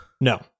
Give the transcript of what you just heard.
No